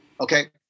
Okay